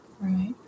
right